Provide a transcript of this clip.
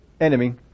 enemy